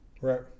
Right